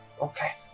Okay